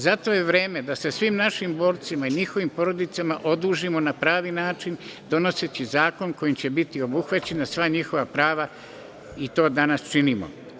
Zato je vreme da se svim našim borcima i njihovim porodicama odužimo na pravi način donoseći zakon kojim će biti obuhvaćena sva njihova prava i to danas činimo.